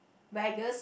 Vegas